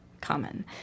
common